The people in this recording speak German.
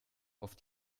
auf